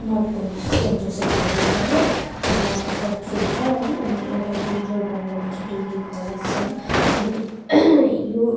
north Point Saint Joseph college भयो अनि अर्को साउथफिल्ड छ है अनि एउटा घुम जोरबङ्गलोमा छ डिग्री कलेज छ अनि यो